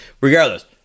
Regardless